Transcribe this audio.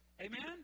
Amen